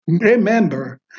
Remember